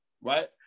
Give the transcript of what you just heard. Right